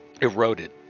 Eroded